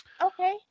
Okay